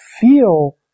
feel